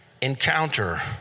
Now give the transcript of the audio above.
encounter